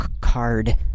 card